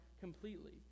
completely